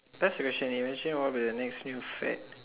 that's original the original one the next new fad